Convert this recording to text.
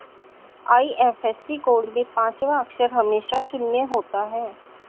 IFSC code में पांचवा अक्षर हमेशा शून्य होता है